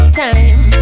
time